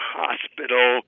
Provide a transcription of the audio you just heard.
hospital